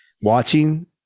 watching